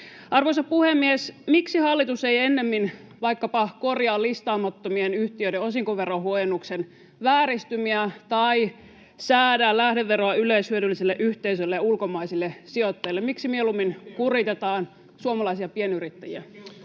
Arvoisa puhemies! Miksi hallitus ei ennemmin vaikkapa korjaa listaamattomien yhtiöiden osinkoverohuojennuksen vääristymiä tai säädä lähdeveroa yleishyödyllisille yhteisöille ja ulkomaisille sijoittajille? [Antti Kurvinen: Hyviä ideoita! Miksi